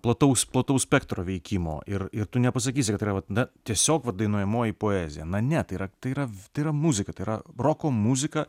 plataus plataus spektro veikimo ir ir tu nepasakysi kad yra vat na tiesiog va dainuojamoji poezija na ne tai yra tai yra tai yra muzika tai yra roko muzika